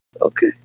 okay